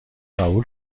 قبول